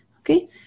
Okay